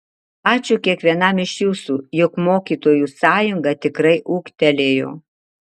ačiū kiekvienam iš jūsų jog mokytojų sąjunga tikrai ūgtelėjo